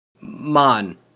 Man